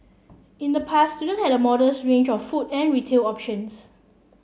in the past student had a modest range of food and retail options